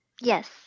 Yes